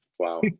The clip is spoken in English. Wow